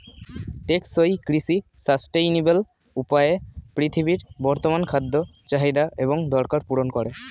টেকসই কৃষি সাস্টেইনেবল উপায়ে পৃথিবীর বর্তমান খাদ্য চাহিদা এবং দরকার পূরণ করে